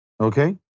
Okay